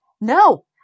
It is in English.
No